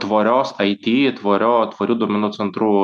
tvorios aiti tvario tvarių duomenų centrų